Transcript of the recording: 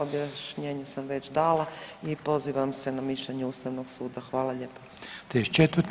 Objašnjenje sam već dala i pozivam se na mišljenje Ustavnog suda.